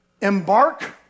embark